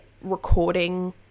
recording